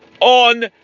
on